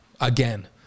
again